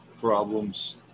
problems